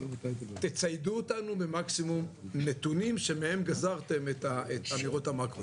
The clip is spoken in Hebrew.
תציידו אותנו במקסימום נתונים שמהם גזרתם את אמירות המאקרו.